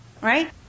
Right